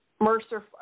Mercer